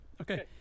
Okay